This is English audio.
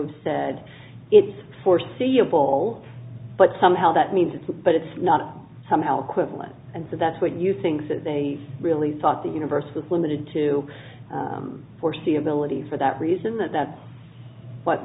him said it's foreseeable but somehow that means it's but it's not somehow equivalent and so that's what you think that they really thought the universe was limited to foreseeability for that reason that that's what